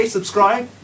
Subscribe